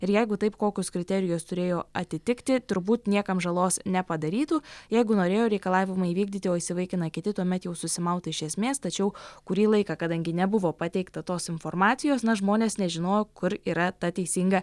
ir jeigu taip kokius kriterijus turėjo atitikti turbūt niekam žalos nepadarytų jeigu norėjo reikalavimą įvykdyti o įsivaikina kiti tuomet jau susimauta iš esmės tačiau kurį laiką kadangi nebuvo pateikta tos informacijos na žmonės nežinojo kur yra ta teisinga